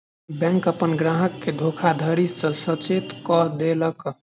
bank अपन ग्राहक के धोखाधड़ी सॅ सचेत कअ देलक